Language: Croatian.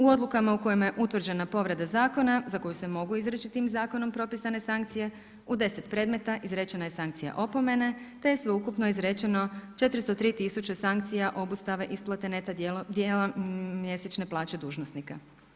U odlukama u kojima je utvrđena povreda zakona za koju se može izreći tim zakonom propisane sankcije u 10 predmeta izrečena je sankcija opomene te je sveukupno izrečeno 403 tisuće sankcija obustave netta dijela mjesečne plaće dužnosnika.